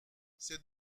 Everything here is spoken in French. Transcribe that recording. c’est